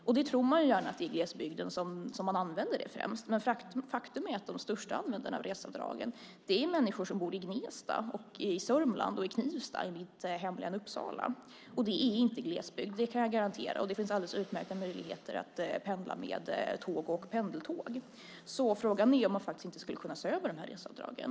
Man tror gärna att det är främst i glesbygden man använder dem. Men faktum är att de största användarna av reseavdragen är människor som bor i Gnesta i Södermanland och i Knivsta i mitt hemlän Uppsala. Det är inte glesbygd, det kan jag garantera. Det finns alldeles utmärkta möjligheter att pendla med tåg och pendeltåg. Frågan är om man inte skulle kunna se över reseavdragen.